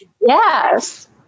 Yes